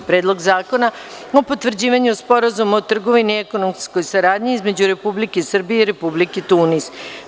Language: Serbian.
Predlog zakona o potvrđivanju Sporazuma o trgovini i ekonomskoj saradnji između Republike Srbije i Republike Tunis; 15.